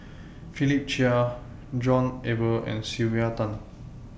Philip Chia John Eber and Sylvia Tan